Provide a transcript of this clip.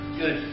good